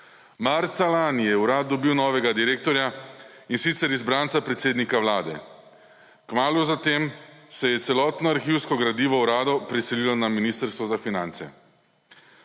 Marca lani je Urad dobil novega direktorja, in sicer izbranca predsednika Vlade. Kmalu zatem se je celotno arhivsko gradivo urada preselilo na Ministrstvo za finance.